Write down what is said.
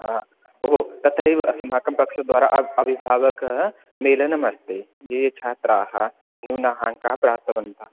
तत्रैव अस्माकं पक्षद्वारा अभ् अभिभावकः मेलनमस्ति ये छात्राः न्यूनाः अङ्काः प्राप्तवन्तः